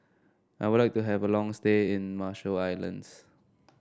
I would like to have a long stay in Marshall Islands